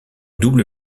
double